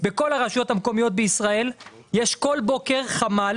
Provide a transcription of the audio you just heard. בכל הרשויות המקומיות בישראל יש כל בוקר חמ"ל